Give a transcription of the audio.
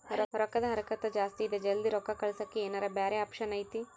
ರೊಕ್ಕದ ಹರಕತ್ತ ಜಾಸ್ತಿ ಇದೆ ಜಲ್ದಿ ರೊಕ್ಕ ಕಳಸಕ್ಕೆ ಏನಾರ ಬ್ಯಾರೆ ಆಪ್ಷನ್ ಐತಿ?